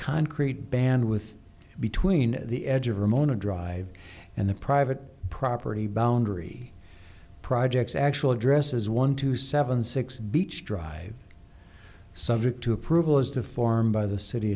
concrete band with between the edge of ramona drive and the private property boundary project's actual address as one two seven six beach drive subject to approval as the form by the city